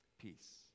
Peace